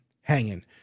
hanging